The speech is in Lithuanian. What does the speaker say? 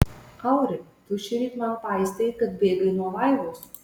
auri tu šįryt man paistei kad bėgai nuo vaivos